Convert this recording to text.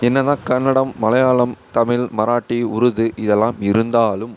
என்ன தான் கன்னடம் மலையாளம் தமிழ் மராட்டி உருது இதெல்லாம் இருந்தாலும்